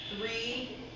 three